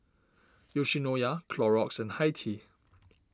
Yoshinoya Clorox and Hi Tea